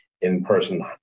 in-person